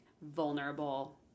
vulnerable